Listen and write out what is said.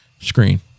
screen